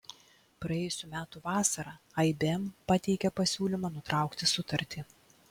praėjusių metų vasarą ibm pateikė pasiūlymą nutraukti sutartį